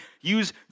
use